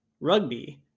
rugby